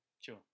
Sure